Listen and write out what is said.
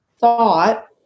thought